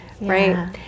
Right